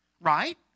right